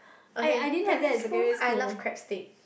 okay primary school I love crab stick